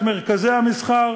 את מרכזי המסחר,